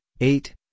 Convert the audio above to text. eight